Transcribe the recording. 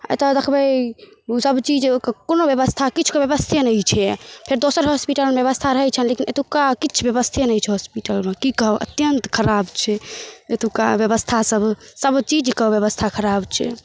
एतऽ देखबै ओसब चीज कोनो बेबस्था किछुके बेबस्थे नहि छै फेर दोसर हॉस्पिटलमे बेबस्था रहै छै लेकिन एतुका किछु बेबस्थे नहि छै हॉस्पिटलमे कि कहब अत्यन्त खराब छै एतुका बेबस्थासब सबचीजके बेबस्था खराब छै